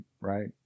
right